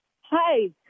Hi